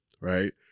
right